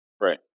Right